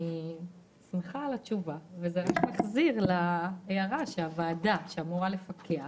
אני שמחה על התשובה וזה מחזיר להערה שהוועדה שאמורה לפקח